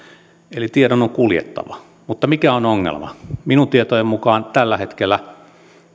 eli tiedon on kuljettava mutta mikä on ongelma minun tietojeni mukaan tällä hetkellä